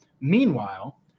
Meanwhile